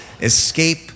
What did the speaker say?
escape